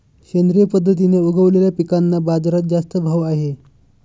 सेंद्रिय पद्धतीने उगवलेल्या पिकांना बाजारात जास्त भाव आहे